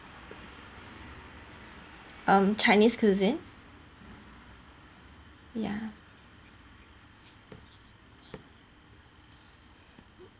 um chinese cuisine ya